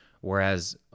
whereas